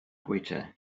bwyta